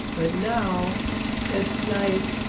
but now it's like